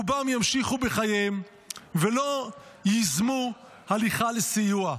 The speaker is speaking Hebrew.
רובם ימשיכו בחייהם ולא ייזמו הליכה לסיוע.